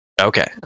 Okay